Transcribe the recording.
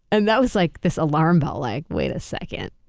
and that was like this alarm bell like wait a second.